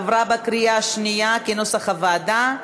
עברה בקריאה שנייה כנוסח הוועדה.